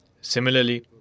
Similarly